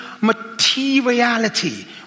materiality